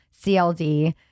CLD